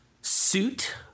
suit